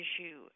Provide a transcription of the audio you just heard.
issue